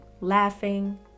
laughing